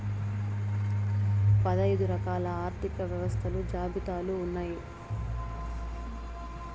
పదైదు రకాల ఆర్థిక వ్యవస్థలు జాబితాలు ఉన్నాయి